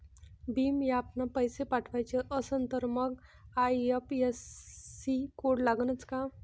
भीम ॲपनं पैसे पाठवायचा असन तर मंग आय.एफ.एस.सी कोड लागनच काय?